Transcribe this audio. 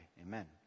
Amen